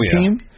team